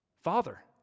Father